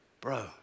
bro